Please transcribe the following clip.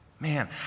Man